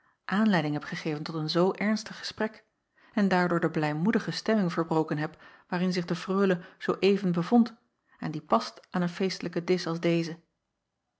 aanleiding heb gegeven tot een zoo ernstig gesprek en daardoor de blijmoedige stemming verbroken heb waarin zich de reule zoo even bevond en die past aan een feestelijken disch als deze